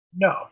No